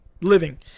living